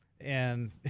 And-